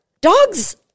Dogs